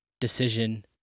decision